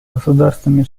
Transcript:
государствами